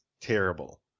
terrible